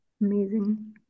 Amazing